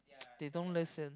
they don't listen